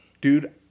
Dude